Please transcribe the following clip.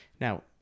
now